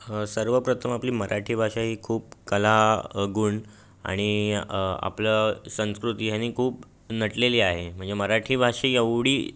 सर्वप्रथम आपली मराठी भाषा ही खूप कला गुण आणि आपलं संस्कृती ह्यानी खूप नटलेली आहे म्हणजे मराठी भाषेएवढी